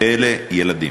אלה ילדים,